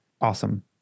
awesome